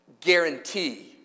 guarantee